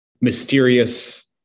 mysterious